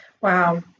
Wow